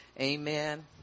Amen